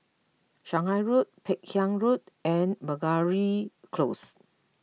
Shanghai Road Peck Hay Road and Meragi Close